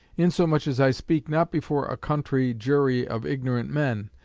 insomuch as i speak not before a country jury of ignorant men,